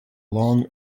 long